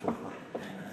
הצלחה.